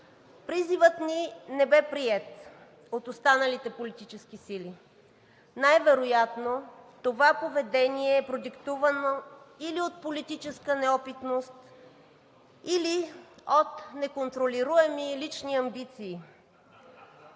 Призивът ни не бе приет от останалите политически сили. Най-вероятно това поведение е продиктувано или от политическа неопитност, или от неконтролируеми лични амбиции